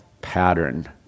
pattern